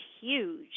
huge